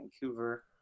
Vancouver